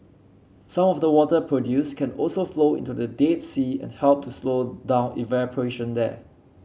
some of the water produced can also flow into the Dead Sea and help to slow down evaporation there